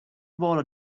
bought